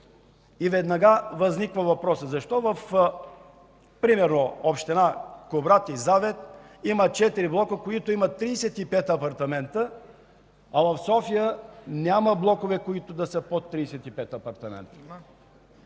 И веднага възниква въпрос: защо, примерно, в община Кубрат и Завет има четири блока, които имат 35 апартамента, а в София няма блокове, които да са под 35 апартамента?